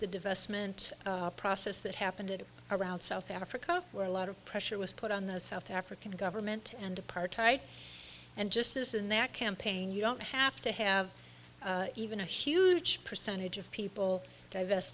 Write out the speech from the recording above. the divestment process that happened it around south africa where a lot of pressure was put on the south african government and apartheid and just this in that campaign you don't have to have even a huge percentage of people divest